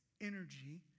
energy